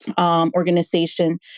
organization